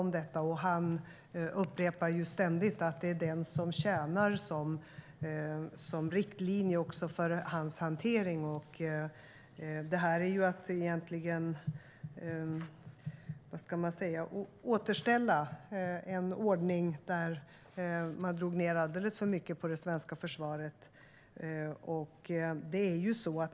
Försvarsministern upprepar ständigt att det är uppgörelsen som tjänar som riktlinje för hans hantering. Det här är att återställa en ordning där man drog ned alldeles för mycket på det svenska försvaret.